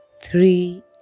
three